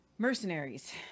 mercenaries